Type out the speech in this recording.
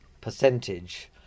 percentage